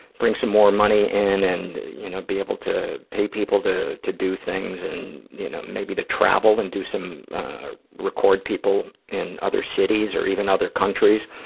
bring some more money in, and and you know be able to pay people to to do things, and you know maybe to travel and do some record people in other cities or even other countries.